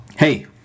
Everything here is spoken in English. Hey